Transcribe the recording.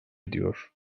ediyor